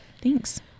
Thanks